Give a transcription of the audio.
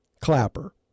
Clapper